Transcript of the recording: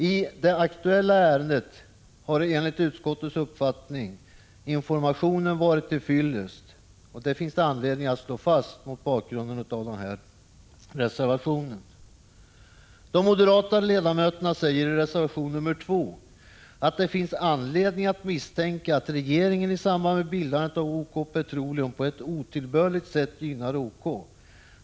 I det aktuella ärendet har dock enligt utskottets uppfattning informationen varit till fyllest, och det finns det anledning att slå fast, mot bakgrund av den här reservationen. De moderata ledamöterna säger i reservation nr 2 att det finns anledning att misstänka att regeringen i samband med bildandet av OK Petroleum på ett otillbörligt sätt gynnar OK.